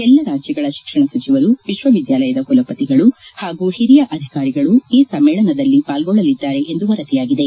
ಎಲ್ಲ ರಾಜ್ಯಗಳ ಶಿಕ್ಷಣ ಸಚಿವರು ವಿಶ್ಲ ವಿದ್ಯಾಲಯದ ಕುಲಪತಿಗಳು ಹಾಗೂ ಹಿರಿಯ ಅಧಿಕಾರಿಗಳು ಈ ಸಮ್ಮೇಳನದಲ್ಲಿ ಪಾಲ್ಗೊಳ್ಳಲಿದ್ದಾರೆ ಎಂದು ವರದಿಯಾಗಿದೆ